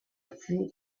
few